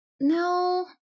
No